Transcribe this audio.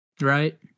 right